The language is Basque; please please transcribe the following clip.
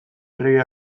errege